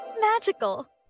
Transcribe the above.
magical